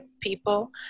people